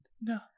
No